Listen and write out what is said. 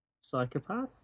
psychopath